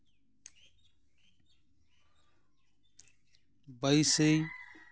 ᱵᱟᱭᱤᱥᱮᱭ